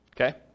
Okay